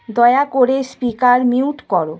দয়া করে speaker mute করো